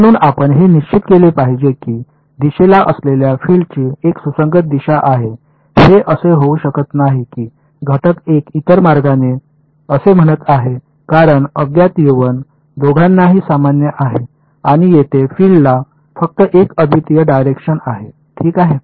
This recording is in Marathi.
म्हणून आपण हे निश्चित केले पाहिजे की दिशेला असलेल्या फिल्डची एक सुसंगत दिशा आहे हे असे होऊ शकत नाही की 1 घटक इतर मार्गाने असे म्हणत आहे कारण अज्ञात दोघांनाही सामान्य आहे आणि तेथे फिल्ड ला फक्त एक अद्वितीय डायरेक्शन आहे ठीक आहे